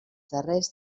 darrers